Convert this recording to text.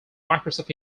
microsoft